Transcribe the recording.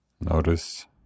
Notice